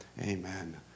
amen